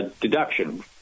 deduction